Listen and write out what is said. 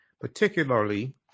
particularly